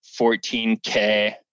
14K